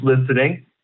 listening